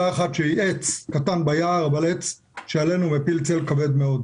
אחת שהיא עץ קטן ביער אבל עץ שעלינו מפיל צל כבד מאוד.